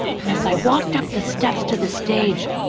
and as i walked up the steps to the stage,